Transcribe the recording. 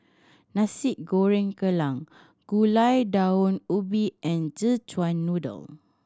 Nasi Goreng Kerang Gulai Daun Ubi and Szechuan Noodle